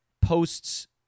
posts